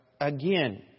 again